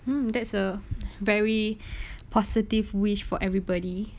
that's a very positive wish for everybody